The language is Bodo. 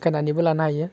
सिखायनानैबो लानो हायो